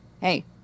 hey